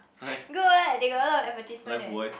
good ah they got a lot of advertisements eh